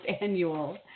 annual